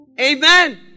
Amen